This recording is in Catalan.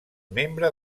membre